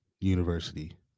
University